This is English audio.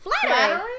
flattering